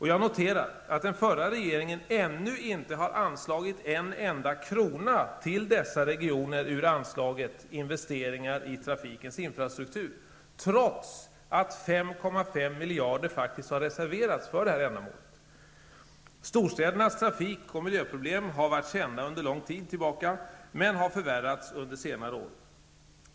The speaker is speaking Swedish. Jag noterar att den förra regeringen ännu inte anslagit en enda krona till dessa regioner ur anslaget Investeringar i trafikens infrastruktur, trots att 5,5 miljarder faktiskt reserverats för ändamålet. Storstädernas trafik och miljöproblem har varit kända under lång tid men har förvärrats under senare år.